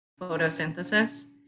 photosynthesis